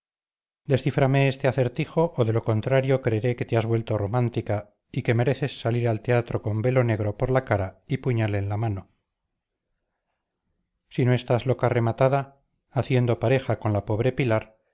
descíframe este acertijo o de lo contrario creeré que te has vuelto romántica y que mereces salir al teatro con velo negro por la cara y puñal en la mano si no estás loca rematada haciendo pareja con la pobre pilar